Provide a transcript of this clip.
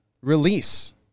release